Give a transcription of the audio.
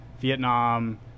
vietnam